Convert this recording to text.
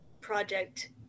project